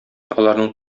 аларның